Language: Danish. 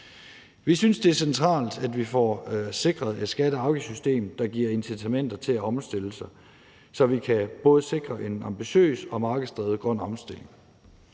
Vi synes, det er centralt, at vi får sikret et skatte- og afgiftssystem, der giver incitamenter til at omstille sig, så vi kan sikre en både ambitiøs og markedsdrevet grøn omstilling.